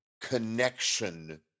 connection